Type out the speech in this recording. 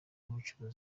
n’inkuru